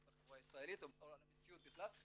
בחברה הישראלית או על המציאות בכלל,